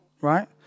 right